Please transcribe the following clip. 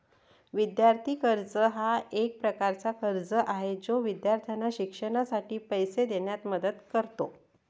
विद्यार्थी कर्ज हा एक प्रकारचा कर्ज आहे जो विद्यार्थ्यांना शिक्षणासाठी पैसे देण्यास मदत करतो